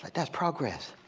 that's progress,